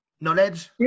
Knowledge